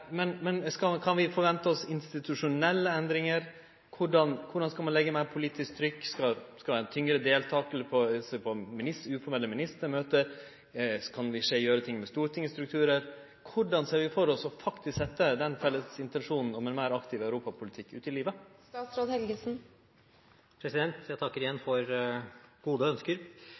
Men kan vi vente oss institusjonelle endringar? Korleis skal ein leggje meir politisk trykk? Skal ein delta tyngre i uformelle ministermøte, kan ein gjere noko med Stortingets strukturar? Korleis ser ein faktisk føre seg å sette den felles intensjonen om ein meir aktiv europapolitikk ut i livet? Jeg takker igjen for gode ønsker.